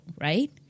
right